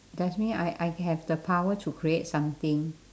does me~ I I have the power to create something